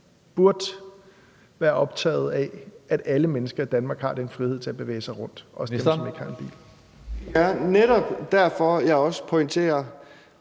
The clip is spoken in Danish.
burde være optaget af, at alle mennesker i Danmark har den frihed til at bevæge sig rundt – også dem, som ikke har en bil. Kl. 16:19 Tredje næstformand